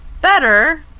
better